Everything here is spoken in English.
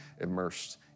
immersed